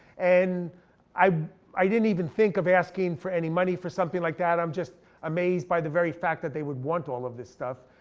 and i i didn't even think of asking for any money for something like that, i'm just amazed by the very fact that they would want all of this stuff.